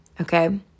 Okay